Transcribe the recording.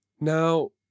Now